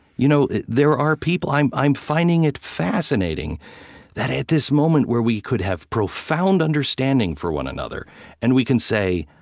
you know there are people i'm i'm finding it fascinating that at this moment where we could have profound understanding for one another and we can say,